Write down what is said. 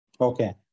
Okay